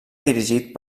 dirigit